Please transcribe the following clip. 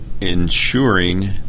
ensuring